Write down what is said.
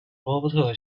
罗伯特